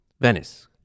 Venice